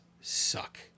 suck